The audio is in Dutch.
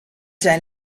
zijn